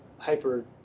hyper